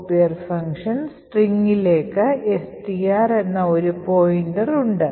copier ഫംഗ്ഷന് സ്ട്രിംഗിലേക്ക് STR എന്ന ഒരു പോയിന്റർ ഉണ്ട്